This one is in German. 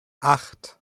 acht